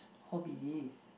hobbies